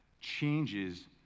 changes